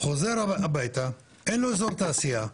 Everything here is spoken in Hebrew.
הוא חוזר הביתה אין לו אזור תעשייה,